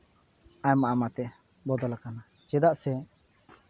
ᱟᱭᱢᱟ ᱟᱭᱢᱟᱛᱮ ᱵᱚᱫᱚᱞ ᱟᱠᱟᱱᱟ ᱪᱮᱫᱟᱜ ᱥᱮ